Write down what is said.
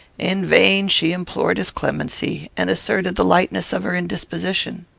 in vain she implored his clemency, and asserted the lightness of her indisposition.